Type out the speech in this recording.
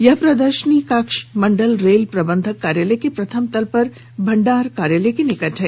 यह प्रदर्शनी कक्ष मंडल रेल प्रबंधक कार्यालय के प्रथम तल पर भंडार कार्यालय के पास है